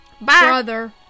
brother